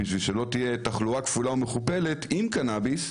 כדי שלא תהיה תחלואה כפולה ומכופלת עם קנביס,